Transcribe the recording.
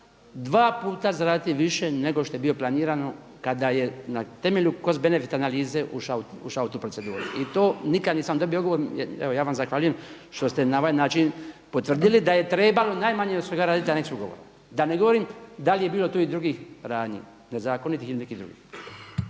dva puta zaraditi više nego što je bilo planirano kada je na temelju cost benefit analize ušao u tu proceduru. I to nikada nisam dobio odgovor i evo ja vam zahvaljujem što ste na ovaj način potvrdili da je trebalo najmanje od svega raditi aneks ugovora, da ne govorim da li je bilo i tu drugih radnji nezakonitih ili nekih drugih.